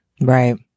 Right